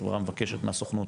החברה מבקשת מהסוכנות.